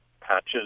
patches